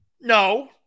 No